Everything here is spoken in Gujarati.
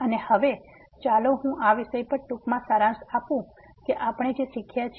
અને હવે ચાલો હું આ વિષય પર ટૂંકમાં સારાંશ આપીશ કે આપણે જે શીખ્યા છીએ